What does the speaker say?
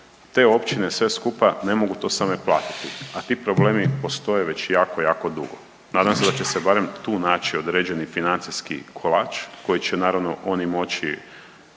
Te općine sve skupa ne mogu to same platiti, a ti problemi postoje već jako, jako dugo. Nadam se da će se barem tu naći određeni financijski kolač koji će naravno oni moći,